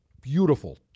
beautiful